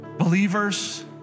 Believers